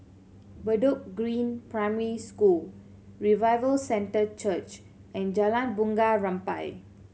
Bedok Green Primary School Revival Centre Church and Jalan Bunga Rampai